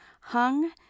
hung